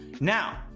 Now